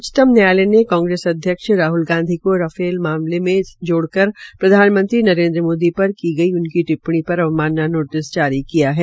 उच्चतम न्यायालय ने कांग्रेस अध्यक्ष राहल गांधी को रफाल मामले से जोड़कर प्रधानमंत्री नरेन्द्र मोदी पर की गई टिप्पणी पर अवमानना नोटिस जारी किया है